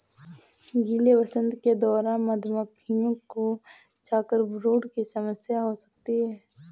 गीले वसंत के दौरान मधुमक्खियों को चॉकब्रूड की समस्या हो सकती है